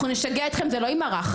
אנחנו נשגע אתכם זה לא יימרח.